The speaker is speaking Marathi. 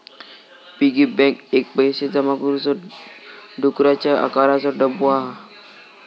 पिगी बॅन्क एक पैशे जमा करुचो डुकराच्या आकाराचो डब्बो हा